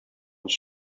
was